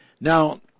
now